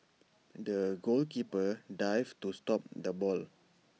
the goalkeeper dived to stop the ball